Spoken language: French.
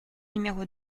numéro